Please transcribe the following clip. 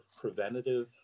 preventative